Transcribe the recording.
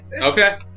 Okay